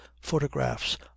photographs